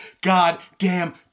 goddamn